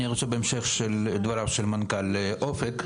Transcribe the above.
אני רוצה בהמשך של דבריו של מנכ"ל "אופק",